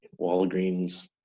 Walgreens